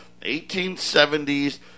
1870s